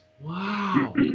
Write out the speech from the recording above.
Wow